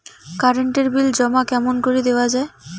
Current এর bill জমা কেমন করি দেওয়া যায়?